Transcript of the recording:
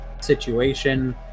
situation